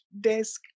desk